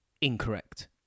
incorrect